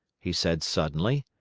he said suddenly,